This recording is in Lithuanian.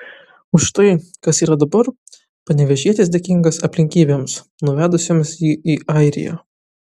už tai kas yra dabar panevėžietis dėkingas aplinkybėms nuvedusioms jį į airiją